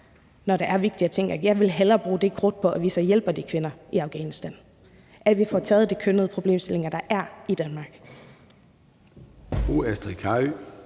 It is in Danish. når der er vigtigere ting. Jeg vil hellere bruge krudtet på, at vi så hjælper de kvinder i Afghanistan, at vi får taget hånd om de kønnede problemstillinger, der er i Danmark.